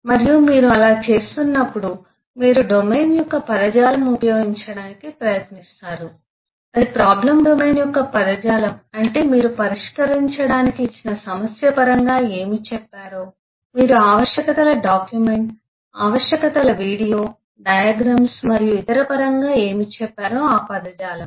మరియు మీరు అలా చేస్తున్నప్పుడు మీరు డొమైన్ యొక్క పదజాలం ఉపయోగించడానికి ప్రయత్నిస్తారు అది ప్రాబ్లం డొమైన్ యొక్క పదజాలం అంటే మీరు పరిష్కరించడానికి ఇచ్చిన సమస్య పరంగా ఏమి చెప్పారో మీరు ఆవశ్యకతల డాక్యుమెంట్ ఆవశ్యకతల వీడియో డయాగ్రమ్స్ మరియు ఇతర పరంగా ఏమి చెప్పారో ఆ పదజాలం